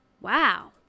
Wow